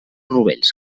rovells